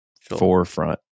forefront